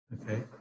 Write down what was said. okay